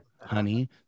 honey